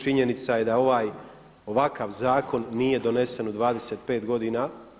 Činjenica je da ovaj, ovakav zakon nije donesen u 25 godina.